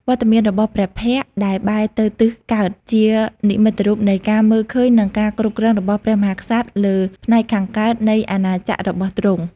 វត្តមានរបស់ព្រះភ័ក្ត្រដែលបែរទៅទិសកើត ជានិមិត្តរូបនៃការមើលឃើញនិងការគ្រប់គ្រងរបស់ព្រះមហាក្សត្រលើផ្នែកខាងកើតនៃអាណាចក្ររបស់ទ្រង់។